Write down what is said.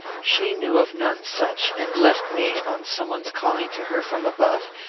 she knew of none such, and left me, on someone's calling to her from above,